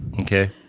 Okay